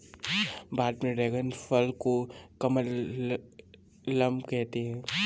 भारत में ड्रेगन फल को कमलम कहते है